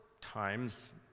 times